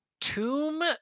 Tomb